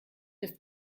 ist